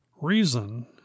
Reason